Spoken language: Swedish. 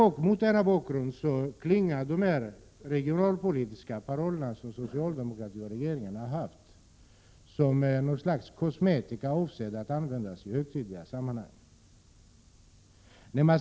Mot denna bakgrund klingar socialdemokratins och regeringens regionalpoltiska paroller som något slags kosmetika, avsett att användas i högtidliga sammanhang.